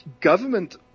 government